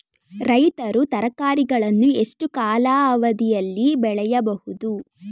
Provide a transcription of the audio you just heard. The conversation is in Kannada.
ರೈತರು ತರಕಾರಿಗಳನ್ನು ಎಷ್ಟು ಕಾಲಾವಧಿಯಲ್ಲಿ ಬೆಳೆಯಬಹುದು?